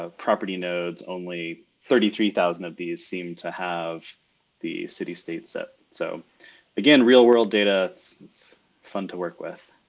property nodes, only thirty three thousand of these seem to have the city state zip. so again, real world data is fun to work with.